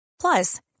Plus